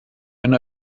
ein